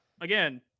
again